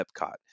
Epcot